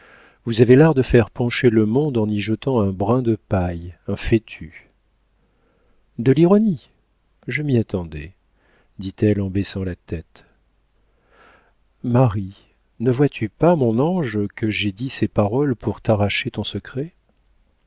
vous avez l'art de faire pencher le monde en y jetant un brin de paille un fétu de l'ironie je m'y attendais dit-elle en baissant la tête marie ne vois-tu pas mon ange que j'ai dit ces paroles pour t'arracher ton secret